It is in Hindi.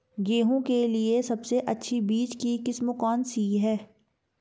गेहूँ के लिए सबसे अच्छी बीज की किस्म कौनसी है?